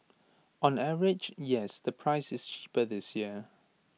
on average yes the price is cheaper this year